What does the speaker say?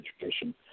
education